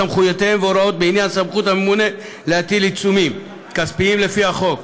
סמכויותיהם והוראות בעניין סמכות הממונה להטיל עיצומים כספיים לפי החוק.